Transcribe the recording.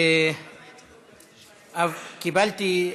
קיבלתי,